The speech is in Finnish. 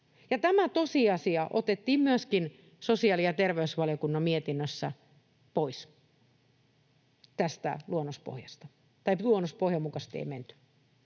tämä tosiasia otettiin myöskin sosiaali‑ ja terveysvaliokunnan lausunnosta pois, eli luonnospohjan mukaisesti ei menty.